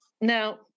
Now